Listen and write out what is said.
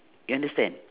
you understand